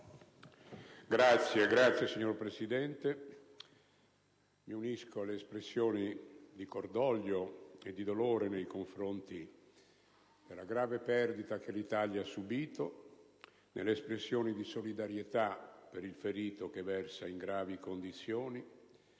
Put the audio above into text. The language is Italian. *(PdL)*. Signor Presidente, mi unisco alle espressioni di cordoglio e di dolore per la grave perdita che l'Italia ha subito, alle espressioni di solidarietà per il ferito, che versa in gravi condizioni,